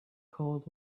cold